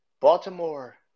Baltimore